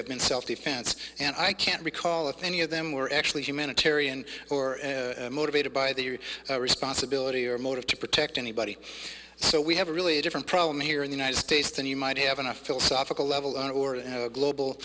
been self defense and i can't recall if any of them were actually humanitarian or motivated by the responsibility or motive to protect anybody so we have a really different problem here in the united states than you might have in a philosophical level or a global